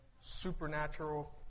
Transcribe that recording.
supernatural